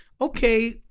okay